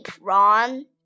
Ron